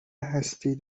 هستید